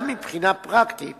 גם מבחינה פרקטית